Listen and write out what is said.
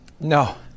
No